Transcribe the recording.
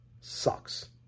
sucks